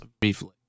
briefly